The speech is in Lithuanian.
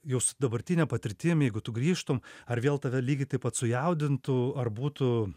jau su dabartine patirtim jeigu tu grįžtum ar vėl tave lygiai taip pat sujaudintų ar būtų